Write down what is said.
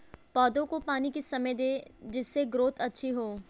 पौधे को पानी किस समय दें जिससे ग्रोथ अच्छी हो?